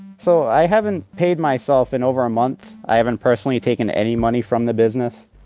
so i haven't paid myself in over a month. i haven't personally taken any money from the business.